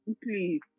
Please